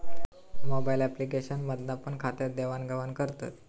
mobile application मधना पण खात्यात देवाण घेवान करतत